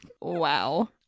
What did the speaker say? Wow